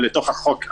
לתוך החוק,